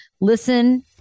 Listen